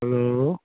hello